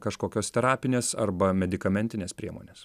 kažkokios terapinės arba medikamentinės priemonės